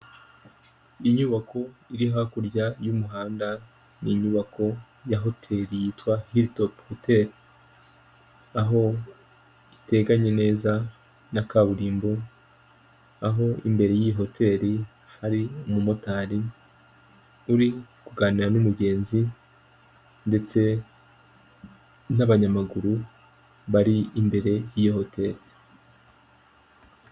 Inyubako iri hakurya y'umuhanda, ni inyubako ya hotei yitwa Hilltop hoteli, aho iteganye neza na kaburimbo, aho imbere y'iyi hoteli hari umumotari uri kuganira n'umugenzi ndetse n'abanyamaguru bari imbere y'iyo hotel.